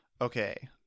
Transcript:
okay